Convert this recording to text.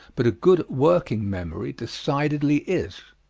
but a good working memory decidedly is.